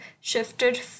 shifted